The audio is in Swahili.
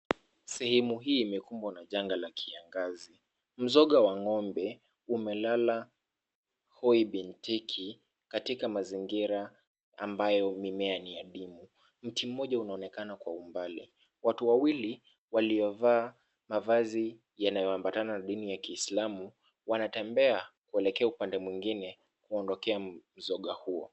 Sehemu hii imekumbwa na janga la kiangazi. Mzoga wa ng'ombe, umelala hoi bin tiki, katika mazingira ambayo mimea ni adimu. Mti mmoja unaoneka kwa umbali. Watu wawili waliovaa mavazi yanayoambatana na dini ya Kiislamu wanatembea kuelekea upande mwingine kuondokea mzoga huo.